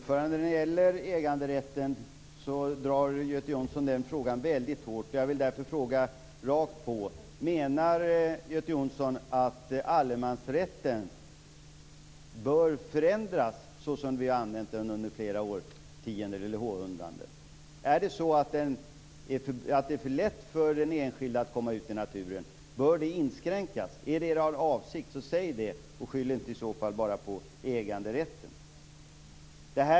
Fru talman! Göte Jonsson drar frågan om äganderätten väldigt hårt. Jag vill därför fråga rakt på sak: Menar Göte Jonsson att allemansrätten, såsom vi har använt den under flera århundraden, bör förändras? Är det för lätt för den enskilde att komma ut i naturen? Bör den rätten inskränkas? Om det är er avsikt så säg det, och skyll i så fall inte bara på äganderätten.